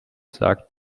sagt